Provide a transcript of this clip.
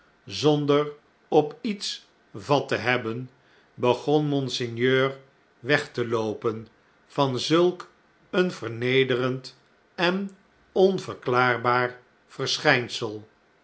zonder op iets vat te hebben begon monseigneur weg te loopen van zulk een vernederend en onverklaarbaar verschn'nsel